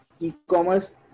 e-commerce